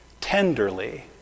tenderly